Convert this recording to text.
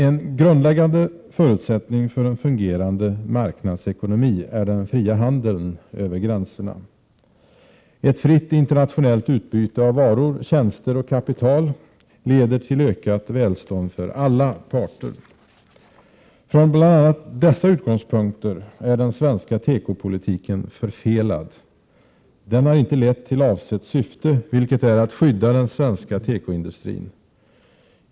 En grundläggande förutsättning för en fungerande marknadsekonomi är den fria handeln över gränserna. Ett fritt internationellt utbyte av varor, tjänster och kapital leder till ökat välstånd för alla parter. Från bl.a. dessa utgångspunkter är den svenska tekopolitiken förfelad. Den har inte lett till avsett syfte, vilket är att skydda den svenska tekoindustrin.